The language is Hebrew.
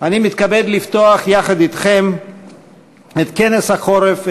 אני מתכבד לפתוח יחד אתכם את כנס החורף,